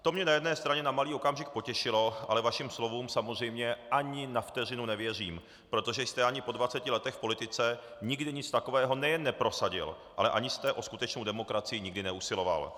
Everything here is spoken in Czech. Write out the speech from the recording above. To mě na jedné straně na malý okamžik potěšilo, ale vašim slovům samozřejmě ani na vteřinu nevěřím, protože jste ani po dvaceti letech v politice nikdy nic takového nejen neprosadil, ale ani jste o skutečnou demokracii nikdy neusiloval.